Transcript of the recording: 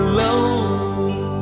Alone